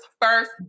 first